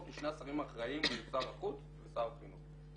כי שני השרים האחראיים הם שר החוץ ושר החינוך.